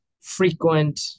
frequent